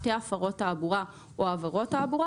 שתי הפרות תעבורה או עבירות תעבורה